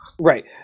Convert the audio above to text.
Right